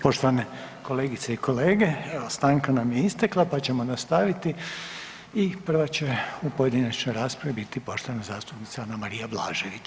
Poštovane kolegice i kolege evo stanka nam je istekla pa ćemo nastaviti i prva će u pojedinačnoj raspravi biti poštovana zastupnica Anamarija Blažević.